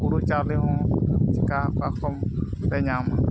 ᱦᱩᱲᱩᱼᱪᱟᱣᱞᱮ ᱦᱚᱸ ᱪᱮᱠᱟ ᱚᱠᱟ ᱠᱷᱚᱱᱞᱮ ᱧᱟᱢᱟ